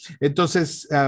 Entonces